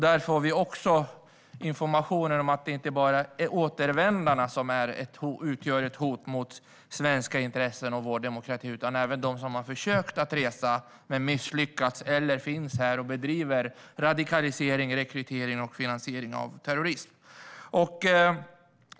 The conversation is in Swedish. Där får vi också information om att det inte bara är återvändarna som utgör ett hot mot svenska intressen och mot vår demokrati. Även de som har försökt att resa, men misslyckats, och de som finns här och bedriver radikalisering, rekrytering och finansiering av terrorism utgör ett hot.